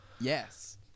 Yes